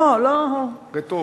אה, רטורית.